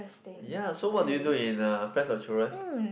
ya so what do you do in uh friends of children